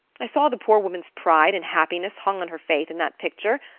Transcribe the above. i saw the poor woman's pride and happiness hung on her faith in that picture.